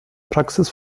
praxis